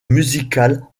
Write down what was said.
musicale